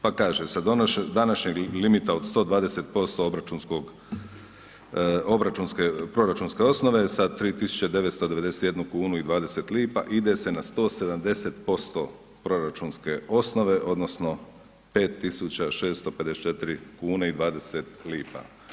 Pa kaže, sa današnjeg limita od 120% obračunske proračunske osnove sa 3991 kn i 20 lp ide se na 170% proračunske osnove odnosno 5664 kn i 20 lp.